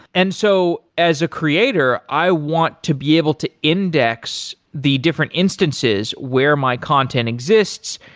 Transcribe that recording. and so as a creator, i want to be able to index the different instances where my content exists.